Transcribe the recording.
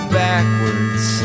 backwards